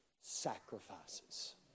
sacrifices